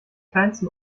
kleinsten